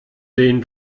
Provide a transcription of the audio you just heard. den